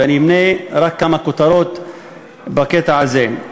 ואני אמנה רק כמה כותרות בקטע הזה.